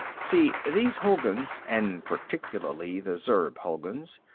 see, these hulguns, and particularly the zurb hulguns,